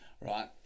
right